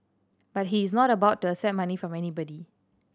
but he is not about to accept money from anybody